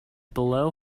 below